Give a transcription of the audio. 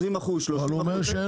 20 אחוזים, 30 אחוזים.